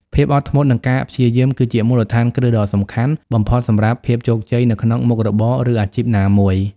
ភាពអត់ធ្មត់ និងការព្យាយាម គឺជាមូលដ្ឋានគ្រឹះដ៏សំខាន់បំផុតសម្រាប់ភាពជោគជ័យនៅក្នុងមុខរបរ ឬអាជីពណាមួយ។